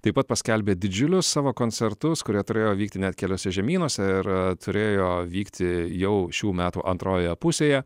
taip pat paskelbė didžiulius savo koncertus kurie turėjo vykti net keliuose žemynuose ir turėjo vykti jau šių metų antrojoje pusėje